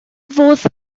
fodd